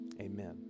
amen